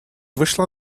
вышла